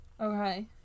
Okay